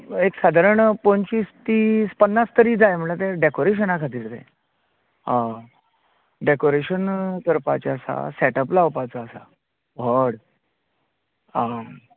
एक साधारण पंचवीस तीस पन्नास तरी जाय म्हळ्यार ते डेकोरेशना खातीर रे हय डेकोरेशन करपाचें आसा सेटप लावपाचो आसा व्हड आं